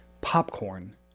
popcorn